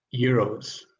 Euros